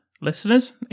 Listeners